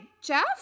Jeff